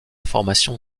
formation